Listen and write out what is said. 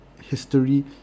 history